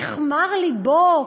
נכמר לבו.